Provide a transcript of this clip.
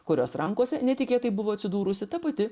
kurios rankose netikėtai buvo atsidūrusi ta pati